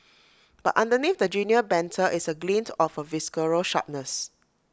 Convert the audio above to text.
but underneath the genial banter is A glint of A visceral sharpness